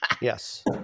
Yes